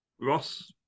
Ross